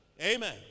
Amen